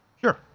Sure